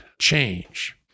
change